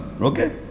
Okay